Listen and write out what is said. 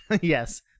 Yes